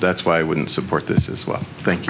that's why i wouldn't support this as well thank